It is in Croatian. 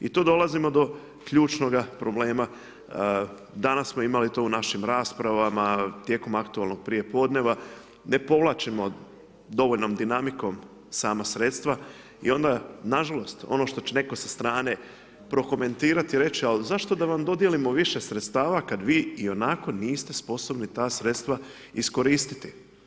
I tu dolazimo do ključnoga problema, danas smo imali to u našim raspravim tijekom aktualnog prijepodneva, ne povlačimo dovoljnom dinamikom sama sredstva i onda nažalost, ono što će netko sa strane prokomentirati, reći će ali zašto da vam dodijelimo više sredstava, kada vi ionako niste sposobni ta sredstva iskoristiti.